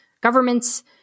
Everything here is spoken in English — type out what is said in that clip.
governments